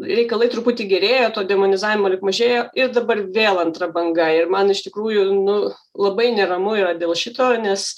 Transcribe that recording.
reikalai truputį gerėja to demonizavimo lyg mažėjo ir dabar vėl antra banga ir man iš tikrųjų nu labai neramu yra dėl šito nes